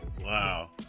Wow